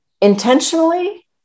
Intentionally